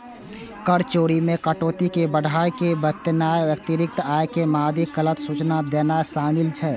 कर चोरी मे कटौती कें बढ़ाय के बतेनाय, अतिरिक्त आय के मादे गलत सूचना देनाय शामिल छै